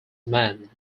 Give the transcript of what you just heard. man